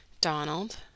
Donald